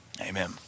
Amen